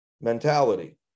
mentality